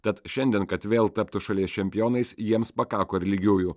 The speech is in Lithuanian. tad šiandien kad vėl taptų šalies čempionais jiems pakako ir lygiųjų